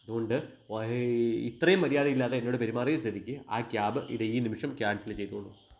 അതുകൊണ്ട് വ ഇത്രയും മര്യാദയില്ലാതെ എന്നോട് പെരുമാറിയ സ്ഥിതിക്ക് ആ ക്യാബ് ഇതാ ഈ നിമിഷം ക്യാൻസല് ചെയ്തോളു